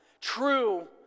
True